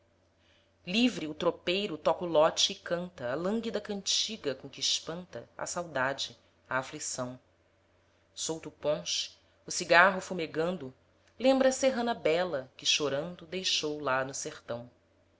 livre o tropeiro toca o lote e canta a lânguida cantiga com que espanta a saudade a aflição solto o ponche o cigarro fumegando lembra a serrana bela que chorando deixou lá no sertão